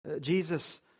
Jesus